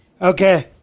Okay